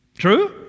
True